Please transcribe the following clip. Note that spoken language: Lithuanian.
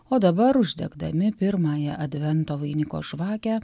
o dabar uždegdami pirmąją advento vainiko žvakę